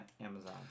Amazon